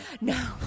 No